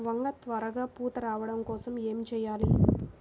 వంగ త్వరగా పూత రావడం కోసం ఏమి చెయ్యాలి?